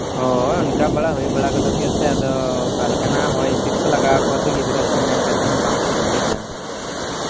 ᱦᱳᱭ ᱚᱱᱠᱟ ᱵᱟᱲᱟ ᱦᱩᱭ ᱵᱟᱲᱟ ᱜᱚᱫᱚᱜ ᱜᱮᱭᱟ ᱥᱮ ᱟᱫᱚ ᱚᱠᱟ ᱞᱮᱠᱟᱱᱟᱜ ᱦᱚᱭ ᱦᱤᱸᱥᱤᱫ ᱠᱚ ᱞᱟᱜᱟᱣᱟᱠᱚᱣᱟ ᱛᱚ ᱜᱤᱫᱽᱨᱟᱹ ᱠᱚ ᱢᱮᱱ ᱠᱟᱛᱮᱫ ᱦᱚᱸ ᱵᱟᱝᱠᱚ ᱵᱩᱡᱷᱟᱹᱜᱼᱟ